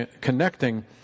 connecting